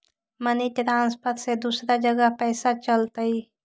Money transfer से दूसरा जगह पईसा चलतई?